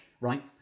right